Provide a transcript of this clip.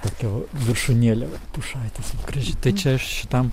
tokia viršūnėlė pušaitės graži tai čia aš šitam